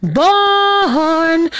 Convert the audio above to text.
born